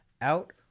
out